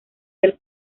del